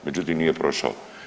Međutim, nije prošao.